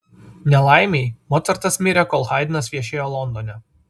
nelaimei mocartas mirė kol haidnas viešėjo londone